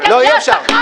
65,000 שקל זה השכר שלך.